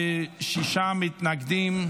שישה מתנגדים.